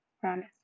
promise